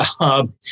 job